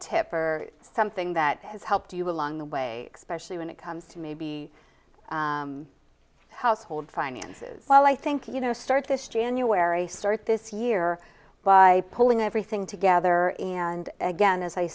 tip or something that has helped you along the way especially when it comes to maybe household finances well i think you know start this january start this year by pulling everything together and again as i